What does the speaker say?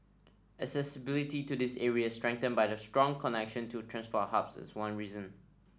accessibility to these areas strengthened by the strong connection to transport hubs is one reason